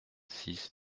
six